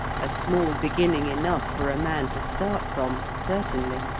a small beginning enough for a man to start from, certainly!